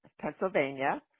Pennsylvania